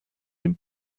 den